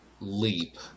leap